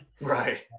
Right